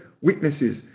witnesses